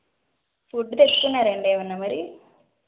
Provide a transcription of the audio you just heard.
food తెచ్చుకున్నారా అండీ ఏమైనా మరి